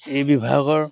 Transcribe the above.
এই বিভাগৰ